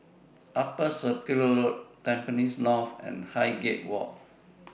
Upper Circular Road Tampines North and Highgate Walk